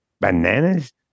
Bananas